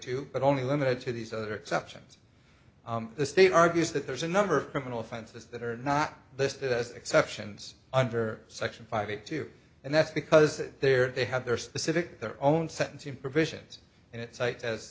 two but only limited to these other exceptions the state argues that there's a number of criminal offenses that are not listed as exceptions under section five eight two and that's because there they have their specific their own sentencing provisions and it cites as